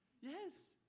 Yes